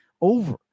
over